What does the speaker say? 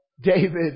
David